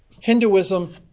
Hinduism